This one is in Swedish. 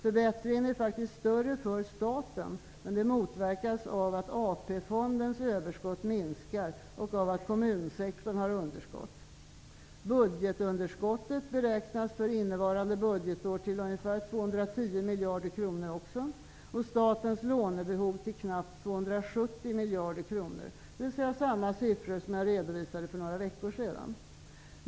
Förbättringen är faktiskt större för staten, men det motverkas av att AP fondens överskott minskar och av att kommunsektorn har underskott. Budgetunderskottet beräknas för innevarande budgetår också till ungefär 210 miljarder kronor och statens lånebehov till knappt 270 miljarder kronor, dvs. samma siffror som jag redovisade för några veckor sedan.